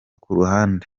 kuruhande